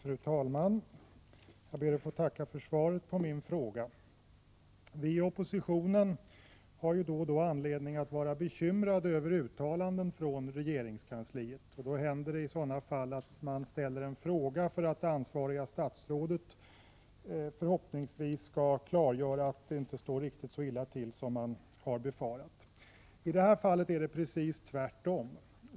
Fru talman! Jag ber att få tacka för svaret på min fråga. Vi i oppositionen har då och då anledning att vara bekymrade över uttalanden från regeringskansliet. I sådana fall händer det att vi framställer en fråga för att det ansvariga statsrådet förhoppningsvis skall klargöra att det inte står riktigt så illa till som vi har befarat. I det här fallet är det precis tvärtom.